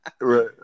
right